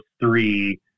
three